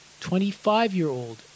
25-year-old